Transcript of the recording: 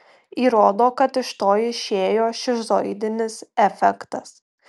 įrodo kad iš to išėjo šizoidinis efektas